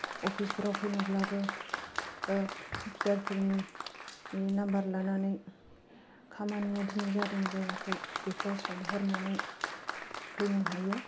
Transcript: office फोराव फैनोब्लाबो अफिसार फोरनि नाम्बार लानानै खामानिया दिनै जादों जायाखै बेखौ सोंहरनानै फैनो हायो